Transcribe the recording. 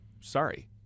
Sorry